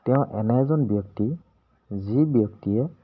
তেওঁ এনে এজন ব্যক্তি যি ব্যক্তিয়ে